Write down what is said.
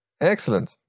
Excellent